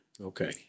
Okay